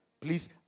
Please